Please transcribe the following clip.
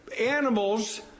animals